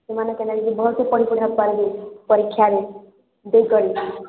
ସେମାନେ କେନ୍ତା କରି ଭଲ୍ସେ ପଢ଼ି ପୁଢା ପାରିବେ ପରୀକ୍ଷାରେ ଦେଇ କରି